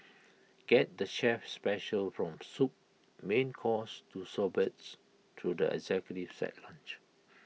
get the chef's specials from soup main course to sorbets through the executive set lunch